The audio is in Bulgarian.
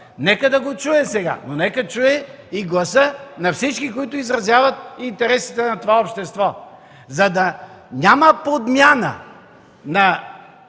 Нека да го чуе сега, но нека да чуе и гласа на всички, които изразяват интересите на обществото, за да няма подмяна на